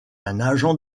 agent